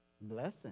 Blessing